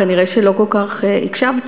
כנראה לא כל כך הקשבת,